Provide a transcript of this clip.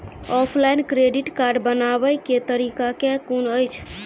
Offline credit card बनाबै केँ तरीका केँ कुन अछि?